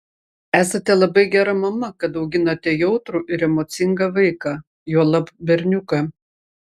esate labai gera mama kad auginate jautrų ir emocingą vaiką juolab berniuką